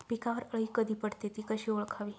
पिकावर अळी कधी पडते, ति कशी ओळखावी?